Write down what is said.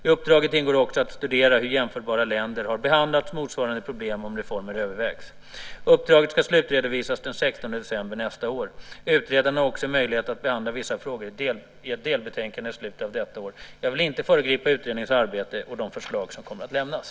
I uppdraget ingår också att studera hur jämförbara länder har behandlat motsvarande problem om reformer övervägs. Uppdraget ska slutredovisas den 16 december nästa år. Utredaren har också möjlighet att behandla vissa frågor i ett delbetänkande i slutet av detta år. Jag vill inte föregripa utredningens arbete och de förslag som kommer att lämnas.